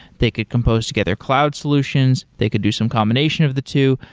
they could compose together cloud solutions. they could do some combination of the two.